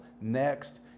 Next